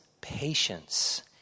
patience